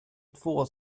två